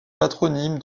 patronyme